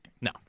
No